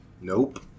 Nope